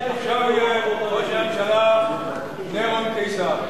עכשיו יהיה ראש הממשלה נירון קיסר.